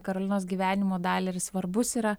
karolinos gyvenimo dalį ir svarbus yra